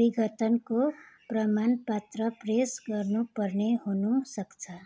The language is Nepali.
विघटनको प्रमाणपत्र पेस गर्नुपर्ने हुनुसक्छ